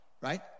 right